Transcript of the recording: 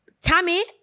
Tammy